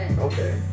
okay